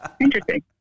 Interesting